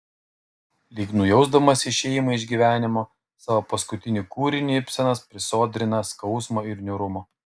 lyg nujausdamas išėjimą iš gyvenimo savo paskutinį kūrinį ibsenas prisodrina skausmo ir niūrumo